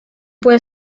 puede